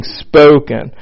spoken